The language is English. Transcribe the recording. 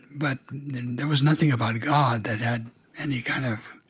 but there was nothing about god that had any kind of